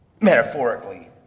Metaphorically